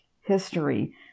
history